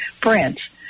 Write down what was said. branch